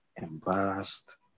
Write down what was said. embarrassed